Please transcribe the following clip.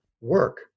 work